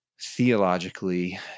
theologically